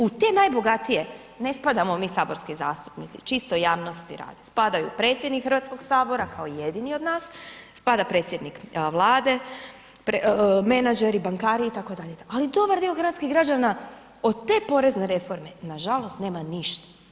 U te najbogatije ne spadamo mi saborski zastupnici, čisto javnosti radi, spadaju predsjednik Hrvatskog sabora kao jedini od nas, spada predsjednik Vlade, menadžeri, bankari itd., itd., ali dobar dio hrvatskih građana od te porezne reforme nažalost nema ništa.